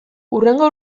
hurrengo